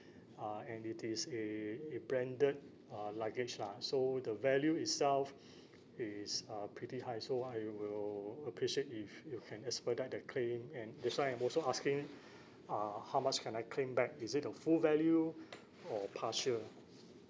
uh and it is a a branded uh luggage lah so the value itself is uh pretty high so I will appreciate if you can expedite the claim and that's why I'm also asking uh how much can I claim back is it the full value or partial